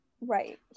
right